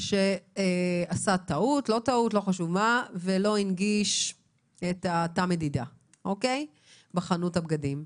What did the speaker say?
שעשה טעות ולא הנגיש את תא המדידה בחנות הבגדים,